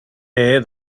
here